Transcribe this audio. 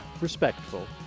Respectful